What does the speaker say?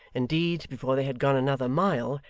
indeed, before they had gone another mile,